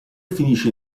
finisce